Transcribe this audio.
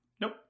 nope